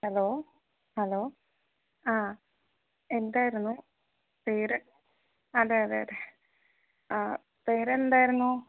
hello hello ആ എന്തായിരുന്നു പേര് അതെ അതെ അതെ ആ പേരെന്തായിരുന്നു